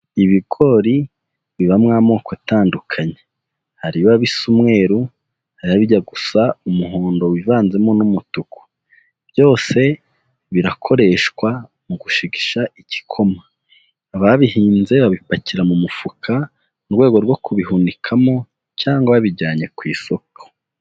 Ibigori bibamo amoko atandukanye; hari ibiba bisa umweru, hai ibiba bijya gusa umuhondo wivanzemo n'umutuku. Byose birakoreshwa mu gushigisha igikoma; ababihinze babipakira mu mufuka mu rwego rwo kubihunikamo cyangwa babijyanye ku isoko.